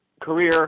career